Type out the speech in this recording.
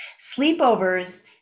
sleepovers